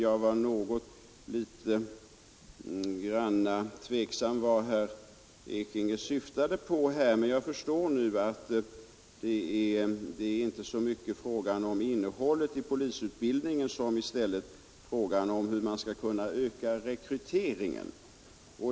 Jag var litet grand tveksam om vad herr Ekinge syftade på här, men jag förstår nu att det är inte så mycket fråga om innehållet i polisutbildningen utan mera fråga om hur man skall kunna öka rekryteringen.